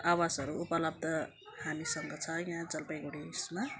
आवासहरू उपलब्ध हामीसँग छ यहाँ जलपाइगुडी उयसमा